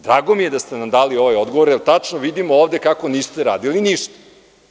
Drago mi je da ste nam dali ovaj odgovor, jer tačno vidim ovde kako niste radili ništa.